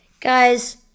Guys